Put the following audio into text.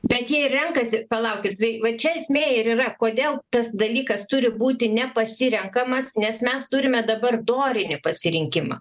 bet jie ir renkasi palaukit tai va čia esmė ir yra kodėl tas dalykas turi būti nepasirenkamas nes mes turime dabar dorinį pasirinkimą